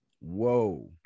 Whoa